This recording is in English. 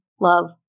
Love